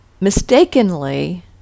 mistakenly